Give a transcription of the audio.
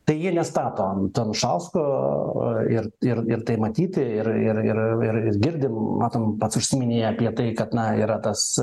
tai jie nestato ant anušausko ir ir ir tai matyti ir ir ir ir girdim matom pats užsiminei apie tai kad na yra tas